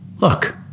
Look